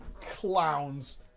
Clowns